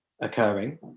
occurring